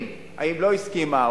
אם היא לא הסכימה,